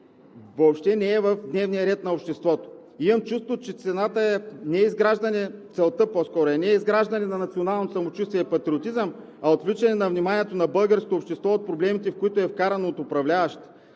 въобще не е в дневния ред на обществото. Имам чувството, че целта не е изграждане на национално самочувствие и патриотизъм, а отвличане на вниманието на българското общество от проблемите, в които е вкарано от управляващите